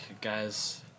guys